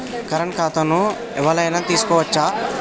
Current ఖాతాను ఎవలైనా తీసుకోవచ్చా?